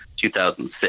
2006